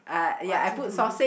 what to do